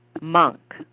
monk